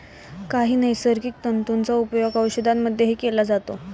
काही नैसर्गिक तंतूंचा उपयोग औषधांमध्येही केला जातो